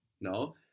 no